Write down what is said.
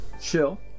chill